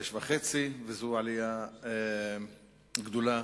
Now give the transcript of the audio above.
וזאת עלייה גדולה